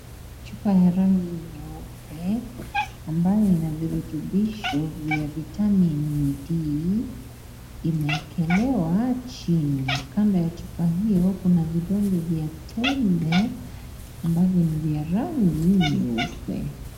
Chupa ya rangi nyeupe ambayo ina virutubisho vya vitamin D imeekelewa chini. Kando ya chupa hiyo kuna vidonge vya tembe ambavyo ni vya rangi nyeupe.